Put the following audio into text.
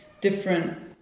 different